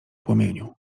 płomieniu